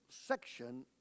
section